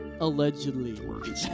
allegedly